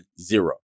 zero